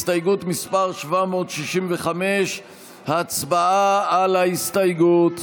הסתייגות מס' 765 הצבעה על ההסתייגות.